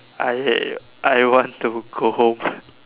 I I want to go home